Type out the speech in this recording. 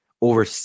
over